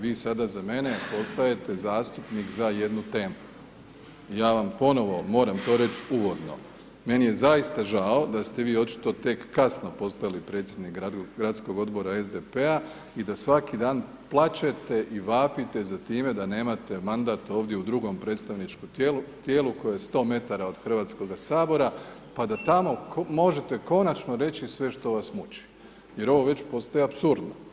Vi sada za mene postajete zastupnik za jednu temu, ja vam ponovo moram to reć uvodno, meni je zaista žao da ste vi očito tek kasno postali predsjednik Gradskog odbora SDP-a i da svaki dan plačete i vapite za time da nemate mandat ovdje u drugom predstavničkom tijelu koje je 100 metara od Hrvatskog sabora pa da tamo možete konačno reći sve što vas muči, jer ovo već postaje apsurdno.